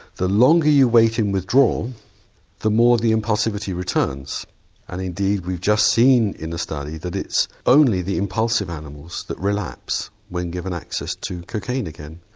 the longer you wait in withdrawal the more the impulsivity returns and indeed we've just seen in a study that it's only the impulsive animals that relapse when given access to cocaine again.